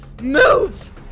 Move